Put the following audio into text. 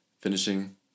finishing